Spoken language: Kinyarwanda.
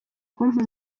kumpa